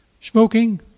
Smoking